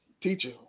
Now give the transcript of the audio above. teacher